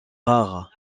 rares